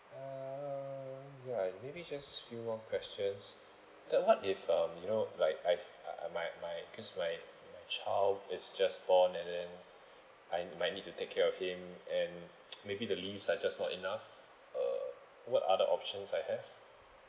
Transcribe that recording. uh ya maybe just few more questions that what if um you know like I've my my cause my my child is just born and then I might need to take care of him and maybe the leaves are just not enough uh what other options I have